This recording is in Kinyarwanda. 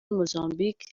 mozambique